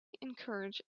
encourage